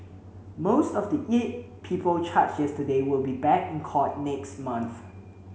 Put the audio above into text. most of the eight people charged yesterday will be back in court next month